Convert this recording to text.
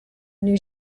new